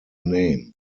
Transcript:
name